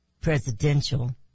presidential